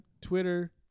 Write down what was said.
Twitter